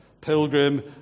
pilgrim